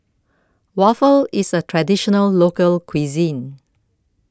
Waffle IS A Traditional Local Cuisine